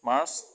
March